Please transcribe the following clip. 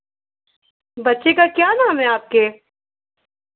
बच्चे का क्या नाम है आपके